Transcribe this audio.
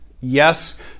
Yes